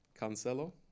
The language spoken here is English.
Cancelo